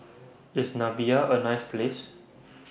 IS Namibia A nice Place